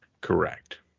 Correct